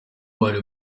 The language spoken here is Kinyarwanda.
bari